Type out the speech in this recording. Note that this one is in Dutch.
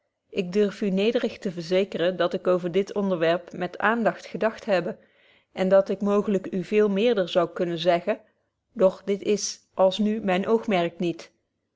ik durf u nederig verzekeren dat ik over dit onderwerp met aandacht gedacht hebbe en dat ik mooglyk u veel meerder zoude kunnen zeggen doch dit is als nu myn oogmerk niet